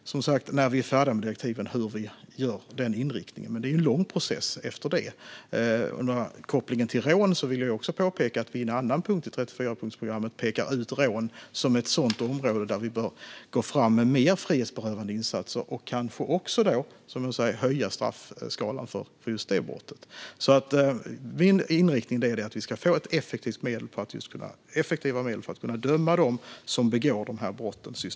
När vi är färdiga med dem får ni se hur vi gör med inriktningen. Men det kommer att vara en lång process efter det. När det gäller kopplingen till rån vill jag påpeka att vi i en annan punkt i 34-punktsprogrammet pekar ut rån som ett område där vi bör gå fram med mer frihetsberövande insatser och då kanske också höja straffskalan för just det brottet. Min inriktning är att vi ska få effektiva medel för att kunna döma dem som systematiskt begår de brotten.